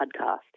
Podcast